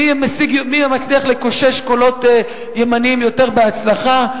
מי מצליח לקושש קולות ימניים יותר בהצלחה.